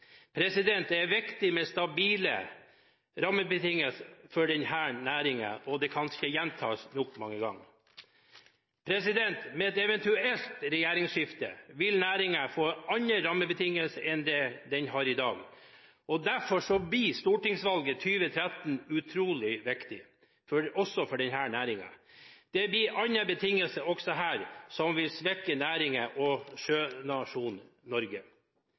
Det er viktig med stabile rammebetingelser for denne næringen, og det kan ikke gjentas mange nok ganger. Med et eventuelt regjeringsskifte vil næringen få andre rammebetingelser enn den har i dag. Derfor blir stortingsvalget 2013 utrolig viktig – også for denne næringen. Det blir andre betingelser også her som vil svekke næringen og sjønasjonen Norge.